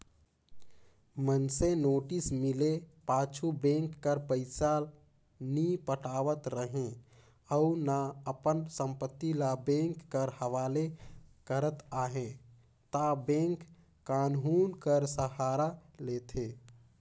मइनसे नोटिस मिले पाछू बेंक कर पइसा नी पटावत रहें अउ ना अपन संपत्ति ल बेंक कर हवाले करत अहे ता बेंक कान्हून कर सहारा लेथे